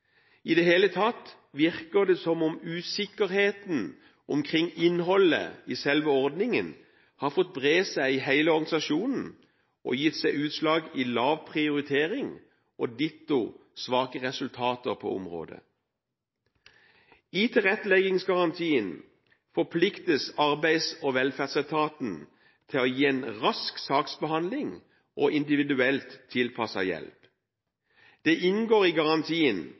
i tilstrekkelig grad. I det hele tatt virker det som om usikkerheten omkring innholdet i selve ordningen har fått bre seg i hele organisasjonen og gitt seg utslag i lav prioritering og ditto svake resultater på området. I tilretteleggingsgarantien forpliktes Arbeids- og velferdsetaten til å gi en rask saksbehandling og individuelt tilpasset hjelp. Det inngår i garantien